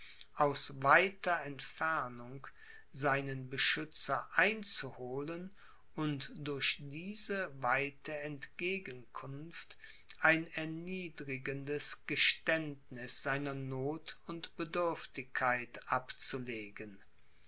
aus weiter entfernung seinen beschützer einzuholen und durch diese weite entgegenkunft ein erniedrigendes geständniß seiner noth und bedürftigkeit abzulegen